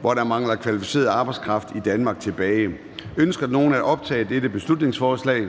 hvor der mangler kvalificeret arbejdskraft i Danmark. (Beslutningsforslag nr. B 73). Ønsker nogen at optage dette beslutningsforslag?